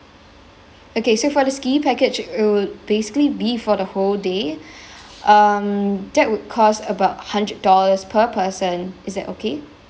okay so for the ski package it would basically be for the whole day um that would cost about hundred dollars per person is that okay